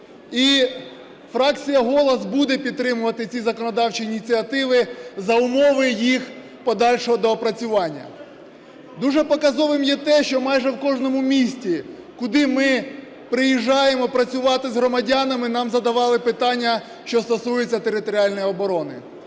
І фракція "Голос" буде підтримувати ці законодавчі ініціативи за умови їх подальшого доопрацювання. Дуже показовим є те, що майже в кожному місці, куди ми приїжджаємо працювати з громадянами нам задавали питання, що стосується територіальної оборони.